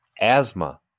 Asthma